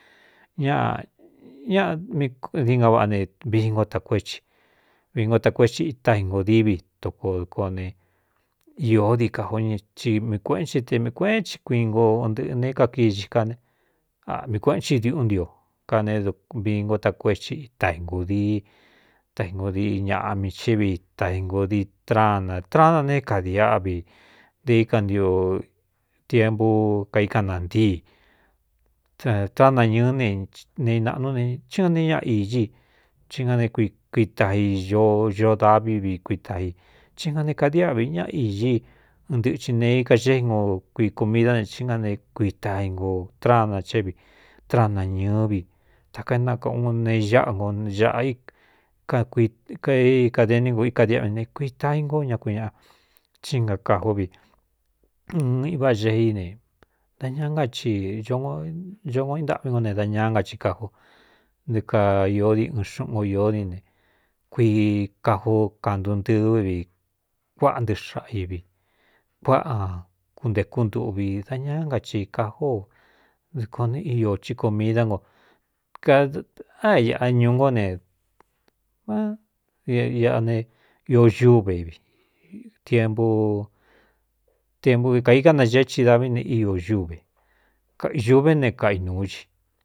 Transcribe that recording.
Ñaꞌ ñaꞌa mdií ga vaꞌa ne viingo takuéti vi ngo takuetsi ita ingōdííví toko dɨko ne īó dií kājo ti mii kueꞌén tin teī kueꞌén ci kuingo ntɨꞌɨ ne kakii xi ka ne aꞌmi kueꞌen chi diuꞌú ntio ka ne vii ngo takuéti itaingūdií taingo diꞌi ñaꞌa mi ché vi taingōdii trana trana ne é kadiáꞌvi de intiepu kaíkánantíi tránañɨɨ́ e ne ināꞌnú ne tí nga ne ñaꞌa īñí i í nga n kuitai ño davi vi kuita i tí nga ne kadiáꞌvi ñaꞌ īñí i ɨɨn ntɨti nee i ka xé inko kui komidá ne í ngá ne kuiitai ngo trana chévi tráánañɨɨ́ vi takaénakauu ne ñáꞌa ngo āꞌa kaikadeni ngo ikadiáꞌvi ne kuii tai ngo ña kui ñaꞌa kí ngakājó vi uɨn iváꞌa ge í ne da ñaa na ci ñoko intâꞌví ngo ne da ñaá nga i kajo ndi kaīó di ɨɨn xúꞌun ko ió di ne kuii kajo kantu ntɨvɨ vi kuāꞌa ntɨꞌɨ xaꞌa ivi kuáꞌa kuntēkú ntuꞌvi da ñaá nka ci kajóo dɨko ne ío ci komidá nko kadaéꞌa ñuu nó ne áꞌa ne iōúve vttempu kāiká nagee chi da vi ne io uve ñuvé ne kaꞌainūú ci.